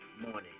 morning